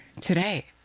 today